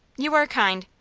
you are kind,